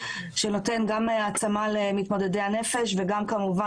שנותן גם העצמה למתמודדי הנפש וגם כמובן